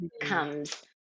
comes